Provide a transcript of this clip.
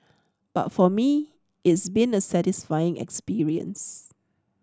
but for me it's been a satisfying experience